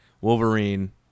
Wolverine